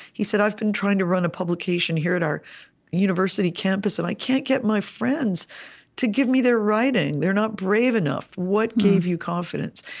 he said, i've been trying to run a publication here at our university campus, and i can't get my friends to give me their writing. they're not brave enough. what gave you confidence?